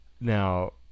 Now